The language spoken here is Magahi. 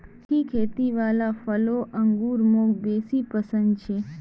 सुखी खेती वाला फलों अंगूर मौक बेसी पसन्द छे